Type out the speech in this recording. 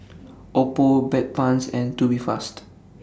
Oppo Bedpans and Tubifast